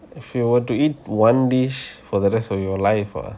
if you want to eat one dish for the rest of your life ah